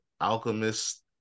Alchemist